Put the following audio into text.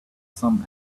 some